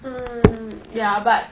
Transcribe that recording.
mm ya but